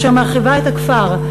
אשר מרחיבה את הכפר,